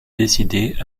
décider